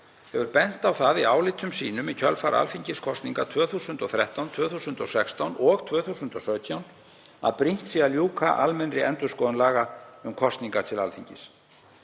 sjálfs bent á í álitum sínum í kjölfar alþingiskosninga 2013, 2016 og 2017 að brýnt sé að ljúka almennri endurskoðun laga um kosningar til Alþingis.